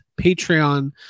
patreon